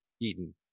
eaten